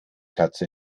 katze